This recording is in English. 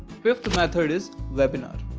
fifth method is webinar